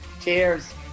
Cheers